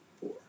four